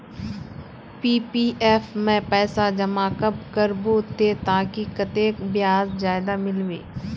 PPF में पैसा जमा कब करबो ते ताकि कतेक ब्याज ज्यादा मिलबे?